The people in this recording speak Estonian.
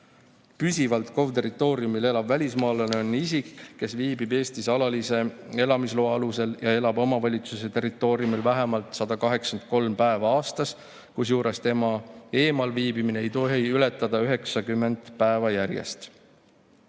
Püsivalt KOV-i territooriumil elav välismaalane on isik, kes viibib Eestis alalise elamisloa alusel ja elab omavalitsuse territooriumil vähemalt 183 päeva aastas, kusjuures tema eemalviibimine ei tohi ületada 90 päeva järjest.